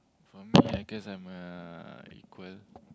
for me I guess I'm a equal